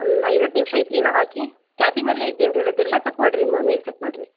ಒಂದು ಐದು ಹತ್ತು ನಿಮಿಷ ಹಾಕಿ ಕ್ಯಾಬಿನಲ್ಲೇ ಇದ್ದೀ ಅಂತ ಹೇಳಿದಿರಲ್ಲ ಚೆಕ್ ಮಾಡಿರಿ ನಿಮ್ಮ ಮೇಲ್ ಚೆಕ್ ಮಾಡಿರಿ